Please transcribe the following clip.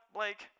Blake